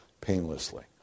painlessly